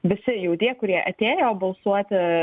visi jau tie kurie atėjo balsuoti